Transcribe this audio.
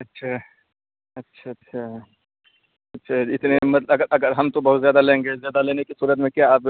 اچھا اچھا اچھا چلیے اتنے میں اگر ہم تو بہت زیادہ لیں گے زیادہ لینے کی صورت میں کیا آپ